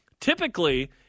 Typically